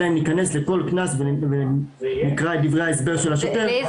אלא אם ניכנס לכל קנס ונקרא את דברי ההסבר של השוטר.